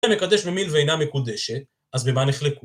אם המקדש במלווה אינה מקודשת, אז במה נחלקו?